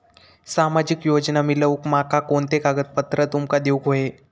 सामाजिक योजना मिलवूक माका कोनते कागद तुमका देऊक व्हये?